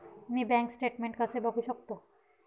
मी bank statement कसे बघू शकतो?